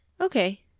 Okay